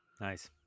nice